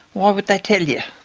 why would they tell you.